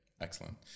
excellent